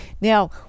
Now